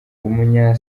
umunya